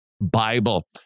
Bible